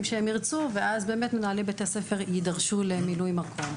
שהם ירצו ומנהלי בתי ספר יידרשו למילוי מקום.